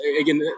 again